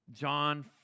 John